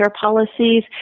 policies